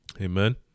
Amen